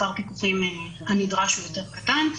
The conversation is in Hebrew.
מספר הפיקוחים הנדרש הוא יותר קטן,